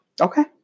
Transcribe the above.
Okay